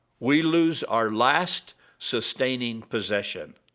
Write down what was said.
we lose our last sustaining possession.